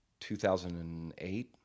2008